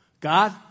God